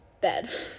bed